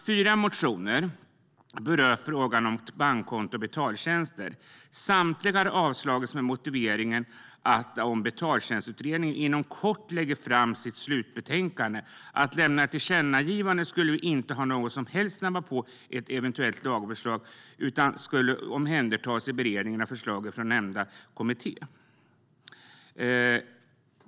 Fyra motioner berör frågan om bankkonto och betaltjänster. Samtliga har avstyrkts med motiveringen att Betaltjänstutredningen kommer att lägga fram sitt slutbetänkande inom kort. Att lämna ett tillkännagivande skulle inte på något sätt snabba på ett eventuellt lagförslag utan omhändertas i beredningen av förslaget från nämnda utredning.